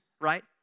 right